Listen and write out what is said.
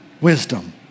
wisdom